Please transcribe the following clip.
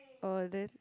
oh then